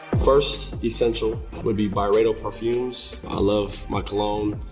first essential would be byredo perfumes. i love my cologne.